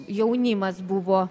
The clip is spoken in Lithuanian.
jaunimas buvo